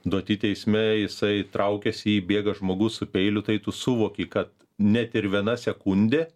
duoti teisme jisai traukiasi į jį bėga žmogus su peiliu tai tu suvoki kad net ir viena sekundė